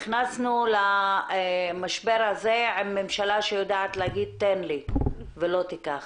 נכנסנו למשבר הזה עם ממשלה שיודעת להגיד תן לי ולא תיקח.